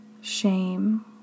shame